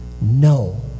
no